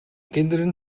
kinderen